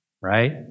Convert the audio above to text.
Right